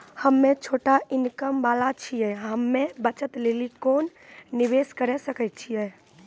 हम्मय छोटा इनकम वाला छियै, हम्मय बचत लेली कोंन निवेश करें सकय छियै?